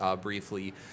briefly